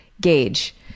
gauge